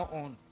on।